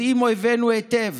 יודעים אויבינו היטב